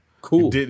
Cool